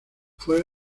fue